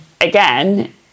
again